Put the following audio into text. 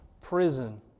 prison